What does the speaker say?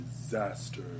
disaster